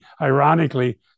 Ironically